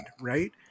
right